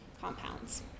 compounds